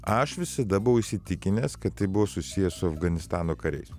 aš visada buvau įsitikinęs kad tai buvo susiję su afganistano kariais